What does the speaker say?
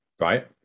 Right